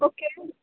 okay